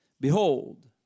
Behold